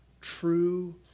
true